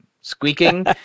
squeaking